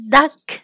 Duck